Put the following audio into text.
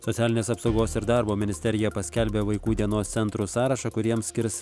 socialinės apsaugos ir darbo ministerija paskelbė vaikų dienos centrų sąrašą kuriems skirs